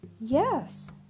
Yes